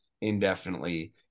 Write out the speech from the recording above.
indefinitely